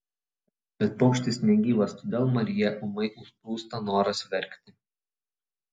bet paukštis negyvas todėl mariją ūmai užplūsta noras verkti